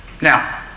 now